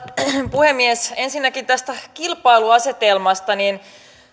puhemies ensinnäkin tästä kilpailuasetelmasta